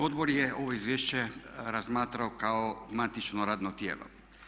Odbor je ovo izvješće razmatrao kao matično radno tijelo.